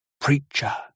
Preacher